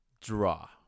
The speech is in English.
draw